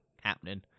happening